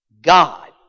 God